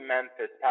Memphis